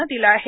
नं दिलं आहे